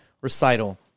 recital